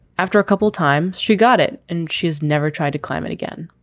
after a couple times she got it and she's never tried to climb it again.